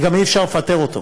וגם אי-אפשר לפטר אותו.